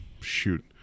Shoot